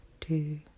two